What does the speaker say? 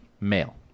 Male